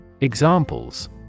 Examples